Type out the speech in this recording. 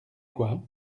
quoi